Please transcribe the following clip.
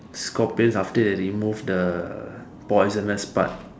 scorpions after they remove the poisonous part